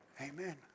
Amen